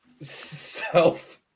self